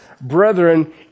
Brethren